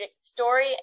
story